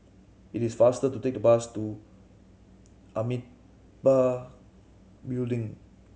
it is faster to take the bus to Building